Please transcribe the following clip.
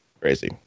crazy